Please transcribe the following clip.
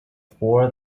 for